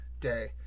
day